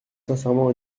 sincèrement